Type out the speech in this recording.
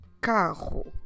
carro